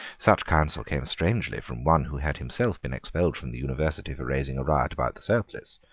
such counsel came strangely from one who had himself been expelled from the university for raising a riot about the surplice,